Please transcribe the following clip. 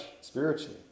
spiritually